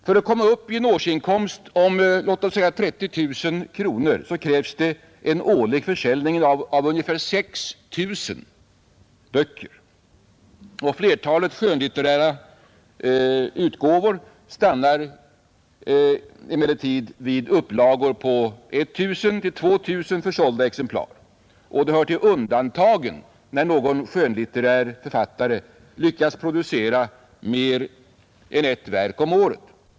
För att komma upp i en årsinkomst om låt oss säga 30 000 kronor krävs en årlig försäljning av ungefär 6 000 böcker, men flertalet skönlitterära utgåvor stannar vid en försäljning på 1 000—2 000 exemplar. Det hör till undantagen att någon skönlitterär författare lyckas producera mer än ett verk om året.